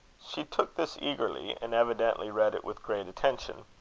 she took this eagerly, and evidently read it with great attention.